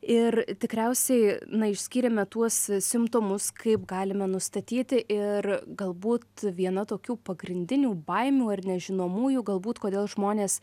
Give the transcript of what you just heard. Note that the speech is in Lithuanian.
ir tikriausiai na išskyrėme tuos simptomus kaip galime nustatyti ir galbūt viena tokių pagrindinių baimių ar nežinomųjų galbūt kodėl žmonės